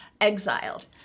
exiled